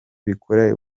bikorera